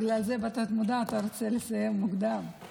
בגלל זה בתת-מודע אתה רוצה לסיים מוקדם.